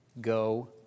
go